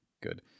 good